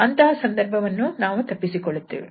ಅಂತಹ ಸಂದರ್ಭವನ್ನು ನಾವು ತಪ್ಪಿಸಿ ಕೊಳ್ಳುತ್ತೇವೆ